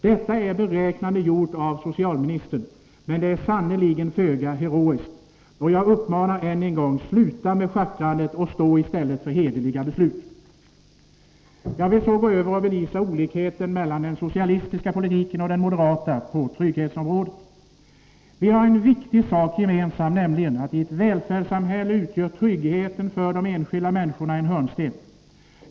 Detta är beräknande gjort av socialministern, men det är föga heroiskt. Jag manar än en gång: Sluta med schackrandet och stå i stället för hederliga beslut. Jag vill så gå över till att belysa olikheten mellan den socialistiska politiken och den moderata på trygghetsområdet. Vi har en viktig sak gemensam, nämligen uppfattningen att tryggheten för de enskilda människorna utgör en hörnsten i ett välfärdssamhälle.